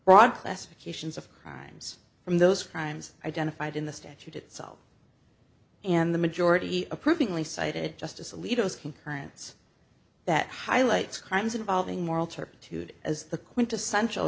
broad classifications of crimes from those crimes identified in the statute itself and the majority approvingly cited justice alito is concurrence that highlights crimes involving moral turpitude as the quintessential